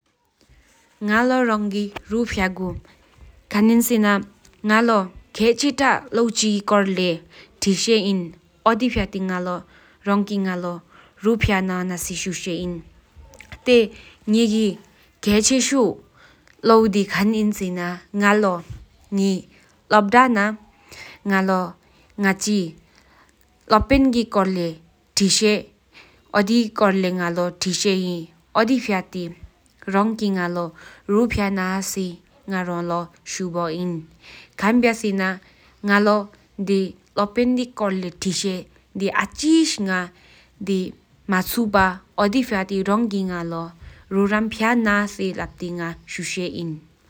ང་ལོ་རང་གི་རུ་ཕྱག་གཡུ་ཁང་གི་སེན་ན་ང་ལོ་ཞེད་ཁ་ཏ་ལོ་ཞང་ཁམ་གི་རུ་ཕྱག་པ་ར། སྤྲེད་སྔོན་གེ་ཞེད་ཞེན་ཡོལ་སྔོ་ང་ལོ་མ་པ་གྱི་རློག་བུར་གི་ནང་ཡིག་རློག་དང་པོ་ཧེ། ཨོ་དེ་ཕྲེད་དང་ལོ་རེང་ལོ་རུ་ཕྱག་ན་གྲོ་ཤིན་ན། ཁབ་ལ་སྲེན་གི་ངྷ་རང་རོག་རིང་བསྐོའ་གྲོ་རར་ཕྱི་རུ་ལུག་པར་ཤུ་བསྒྲ་ཤིང།